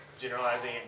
generalizing